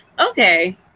Okay